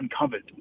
uncovered